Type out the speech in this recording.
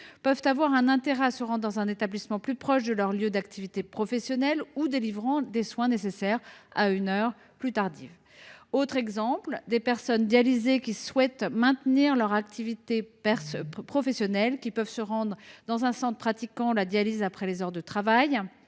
peuvent trouver un intérêt à se rendre dans un établissement plus proche de leur lieu d’activité professionnelle ou délivrant les soins nécessaires à une heure plus tardive. Autre exemple : des personnes dialysées qui souhaitent maintenir leur activité professionnelle sont susceptibles de se rendre dans un centre pratiquant la dialyse après les heures de travail,